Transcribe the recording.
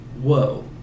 Whoa